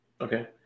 Okay